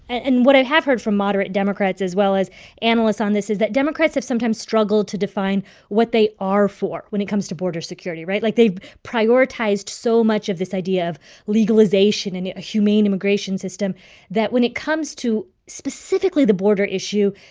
and what i have heard from moderate democrats as well as analysts on this is that democrats have sometimes struggled to define what they are for when it comes to border security, right? like, they prioritized so much of this idea of legalization and a humane immigration system that when it comes to, specifically, the border issue,